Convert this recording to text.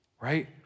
right